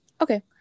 Okay